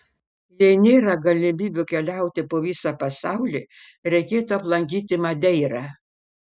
jei nėra galimybių keliauti po visą pasaulį reikėtų aplankyti madeirą